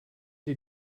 die